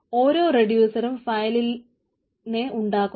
ഓരോ റെഡ്യൂസറും ഫയലിനെ ഉണ്ടാക്കുന്നു